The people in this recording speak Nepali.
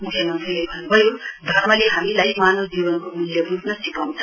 मुख्यमन्त्रीले भन्नुभयो धर्मले हामीलाई मानव जीवनको मूल्य वुझ्न सिकाउँछ